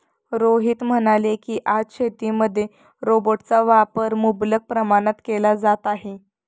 रोहित म्हणाले की, आज शेतीमध्ये रोबोटचा वापर मुबलक प्रमाणात केला जात आहे